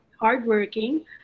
hardworking